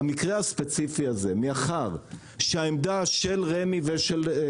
במקרה הספציפי הזה מאחר שהעמדה של רמ"י ושלנו,